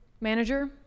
manager